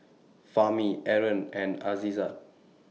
Fahmi Aaron and Aizat